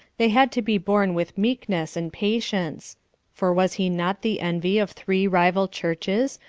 they had to be borne with meekness and patience for was he not the envy of three rival churches,